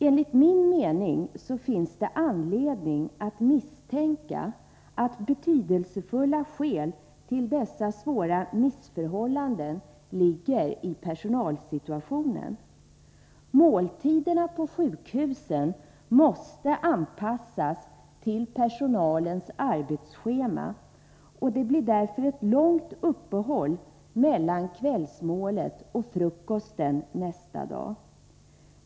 Enligt min mening finns det anledning att misstänka att betydelsefulla skäl till dessa svåra missförhållanden ligger i personalsituationen. Måltiderna på sjukhusen måste anpassas till personalens arbetsschema, och det blir därför ett långt uppehåll mellan kvällsmålet och frukosten nästa dag.